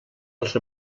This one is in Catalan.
als